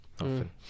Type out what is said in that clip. often